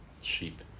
sheep